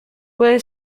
puede